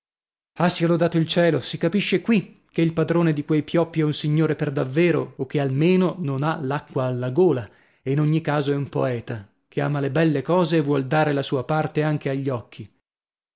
ah sia lodato il cielo si capisce qui che il padrone di quei pioppi è un signore per davvero o che almeno non ha l'acqua alla gola e in ogni caso è un poeta che ama le belle cose e vuol dare la sua parte anche agli occhi